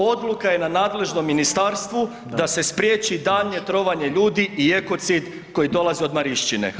Odluka je na nadležnom ministarstvu da se spriječi daljnje trovanje ljudi i ekocid koji dolazi od Marišćine.